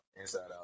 inside-out